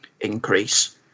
increase